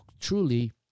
truly